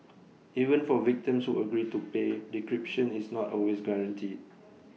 even for victims who agree to pay decryption is not always guaranteed